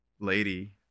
lady